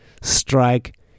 strike